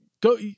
go